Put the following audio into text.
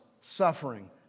suffering